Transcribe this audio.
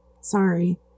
Sorry